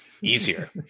Easier